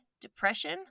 depression